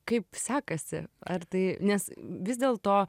kaip sekasi ar tai nes vis dėlto